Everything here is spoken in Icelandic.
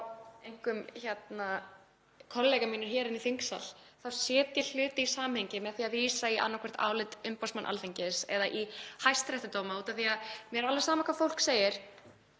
einkum kollegar mínir hér inni í þingsal, hluti í samhengi með því að vísa í annaðhvort álit umboðsmanns Alþingis eða í hæstaréttardóma, af því að mér er alveg sama hvað fólk segir;